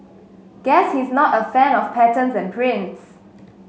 guess he's not a fan of patterns and prints